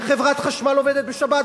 וחברת החשמל עובדת בשבת,